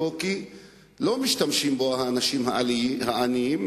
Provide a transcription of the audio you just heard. כי לא משתמשים בו האנשים העניים,